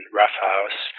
roughhouse